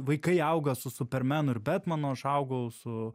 vaikai auga su supermenu ir betmanu aš augau su